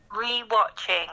re-watching